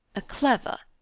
a clever,